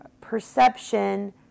perception